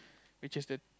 which is the